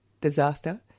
disaster